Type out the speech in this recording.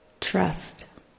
Trust